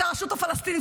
-- את הרשות הפלסטינית.